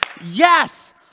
yes